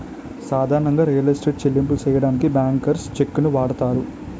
సాధారణంగా real estate చెల్లింపులు సెయ్యడానికి బ్యాంకర్స్ చెక్కుని వాడతారు